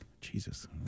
Jesus